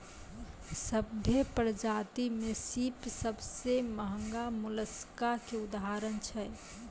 सभ्भे परजाति में सिप सबसें महगा मोलसका के उदाहरण छै